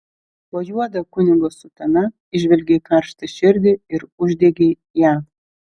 po juoda kunigo sutana įžvelgei karštą širdį ir uždegei ją